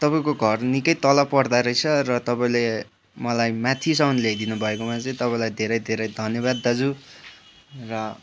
तपाईँको घर निकै तल पर्दोरहेछ र तपाईँले मलाई माथिसम्म ल्याइदिनु भएकोमा चाहिँ तपाईँलाई धेरै धेरै धन्यवाद दाजु र